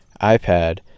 iPad